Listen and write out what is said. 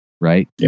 right